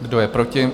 Kdo je proti?